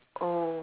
oh